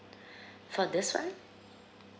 for this one